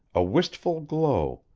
a wistful glow,